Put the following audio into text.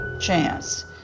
chance